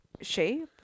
shape